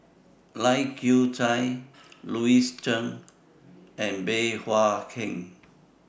Lai Kew Chai Louis Chen and Bey Hua Heng